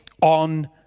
on